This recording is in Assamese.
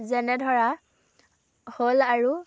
যেনে ধৰা শ'ল আৰু